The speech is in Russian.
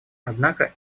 однако